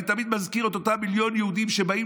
אני תמיד מזכיר את אותם מיליון יהודים שבאים